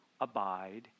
abide